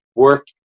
work